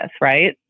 right